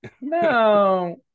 no